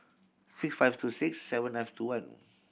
six five two six seven nine two one